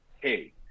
hey